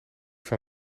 van